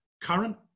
current